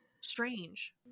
strange